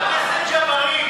חבר הכנסת ג'בארין,